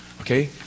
okay